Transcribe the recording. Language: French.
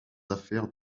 affaires